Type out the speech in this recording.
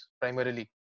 primarily